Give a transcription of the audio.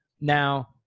Now